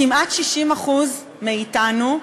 כמעט 60% מאתנו,